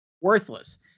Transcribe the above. Worthless